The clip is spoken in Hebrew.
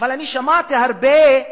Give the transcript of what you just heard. אבל אני שמעתי הרבה,